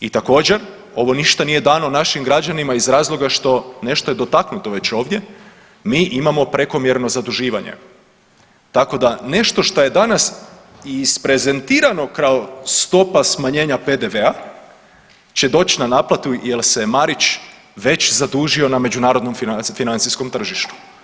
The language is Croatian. I također, ovo ništa nije dano našim građanima iz razloga što nešto je dotaknuto već ovdje, mi imamo prekomjerno zaduživanje tako da nešto što je danas isprezentirano kao stopa smanjenja PDV-a će doć na naplatu jer se Marić već zadužio na međunarodnom financijskom tržištu.